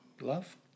love